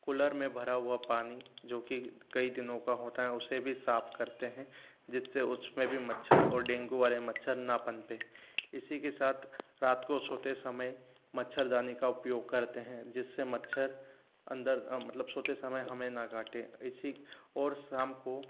cooler में भरा हुआ पानी जो कि कई दिनों का होता है उसे भी साफ करते हैं जिससे उसमें भी मच्छर और डेंगू वाले मच्छर न पनपे इसी के साथ रात को सोते समय मच्छरदानी का उपयोग करते हैं जिससे मच्छर अंदर मतलब सोते समय हमें न काटे ऐसी और शाम को